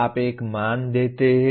आप एक मान देते हैं